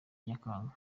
nyakanga